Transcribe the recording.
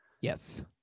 Yes